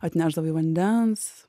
atnešdavai vandens